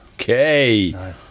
okay